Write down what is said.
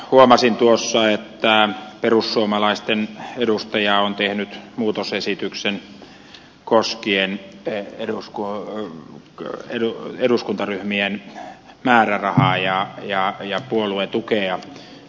huomasin tuossa että perussuomalaisten edustaja on tehnyt muutosesityksen koskien eduskuntaryhmien määrärahaa ja puoluetukea